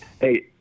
Hey